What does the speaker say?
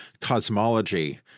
cosmology